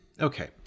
okay